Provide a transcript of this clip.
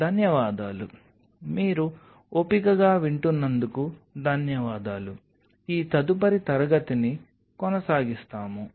ధన్యవాదాలు మీరు ఓపికగా వింటున్నందుకు ధన్యవాదాలు ఈ తదుపరి తరగతిని కొనసాగిస్తాము